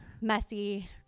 messy